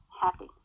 happy